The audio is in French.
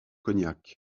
cognac